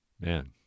Man